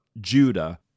Judah